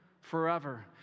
forever